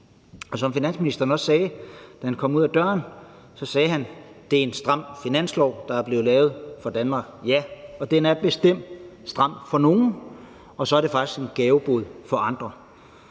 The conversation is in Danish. Som finansministeren også sagde, da han kom ud ad døren: Det er en stram finanslov, der er blevet lavet for Danmark. Ja, og den er bestemt stram for nogle, og så er den faktisk en gavebod for andre,